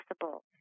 possible